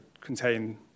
contain